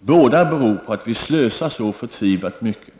Båda beror på att vi slösar så förtvivlat mycket.